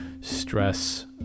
stress